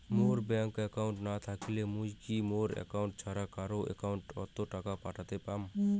মোর bank account না থাকিলে মুই কি মোর একাউন্ট ছাড়া কারো একাউন্ট অত টাকা পাঠের পাম?